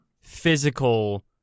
physical